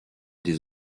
des